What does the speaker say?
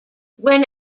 when